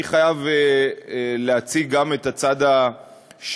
אני חייב להציג גם את הצד השני.